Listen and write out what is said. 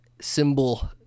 symbol